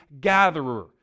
gatherer